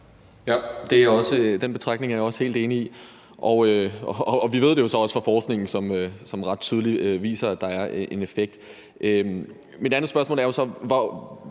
Den betragtning er jeg også helt enig i, og vi ved det jo så også fra forskningen, som ret tydeligt viser, at der er en effekt. Mit andet spørgsmål er så: Hvilken